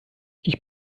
ich